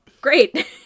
great